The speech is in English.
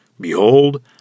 Behold